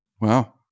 Wow